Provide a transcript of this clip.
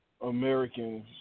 Americans